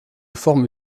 forme